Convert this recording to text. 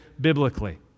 biblically